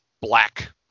black